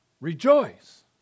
rejoice